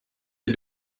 les